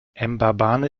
mbabane